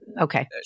Okay